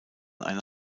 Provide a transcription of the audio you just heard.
eine